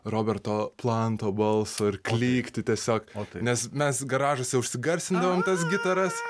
roberto planto balso ir klykti tiesiog nes mes garažuose užsigarsindavom tas gitaras